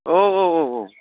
औ औ औ